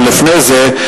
אבל לפני זה,